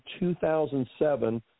2007